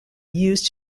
used